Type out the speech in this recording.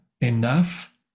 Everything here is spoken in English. enough